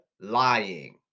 lying